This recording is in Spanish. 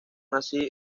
así